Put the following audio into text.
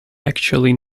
actually